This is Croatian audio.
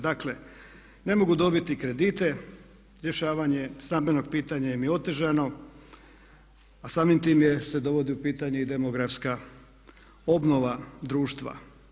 Dakle, ne mogu dobiti kredite, rješavanje stambenog pitanja im je otežano a samim time se dovodi u pitanje i demografska obnova društva.